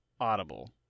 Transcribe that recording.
Audible